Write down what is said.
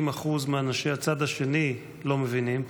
90% מאנשי הצד השני לא מבינים,